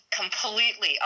completely